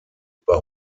über